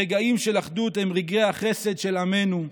רגעים של אחדות הם רגעי החסד של עמנו,